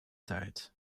tijd